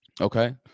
Okay